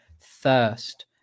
thirst